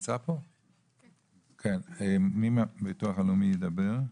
מי מהביטוח ידבר?